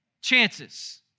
chances